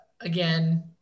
Again